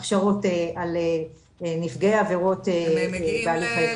הכשרות על נפגעי עבירות בהליך אזרחי.